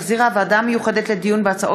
שהחזירה הוועדה המיוחדת לדיון בהצעות